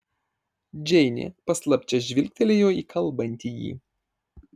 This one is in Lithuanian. džeinė paslapčia žvilgtelėjo į kalbantįjį